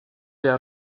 der